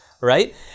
right